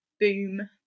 boom